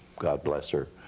god bless her,